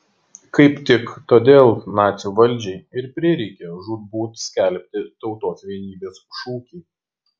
kaip tik todėl nacių valdžiai ir prireikė žūtbūt skelbti tautos vienybės šūkį